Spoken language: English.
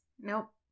Nope